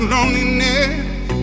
Loneliness